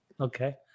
Okay